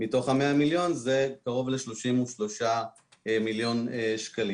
מתוך ה-100 מיליון זה קרוב ל-33 מיליון שקלים.